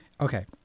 okay